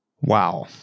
Wow